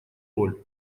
роль